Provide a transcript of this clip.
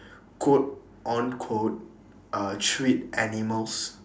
quote on quote uh treat animals